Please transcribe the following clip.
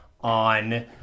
on